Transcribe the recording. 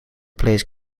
plays